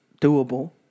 doable